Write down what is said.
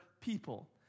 people